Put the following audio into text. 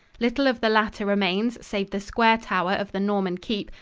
little of the latter remains save the square tower of the norman keep,